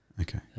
Okay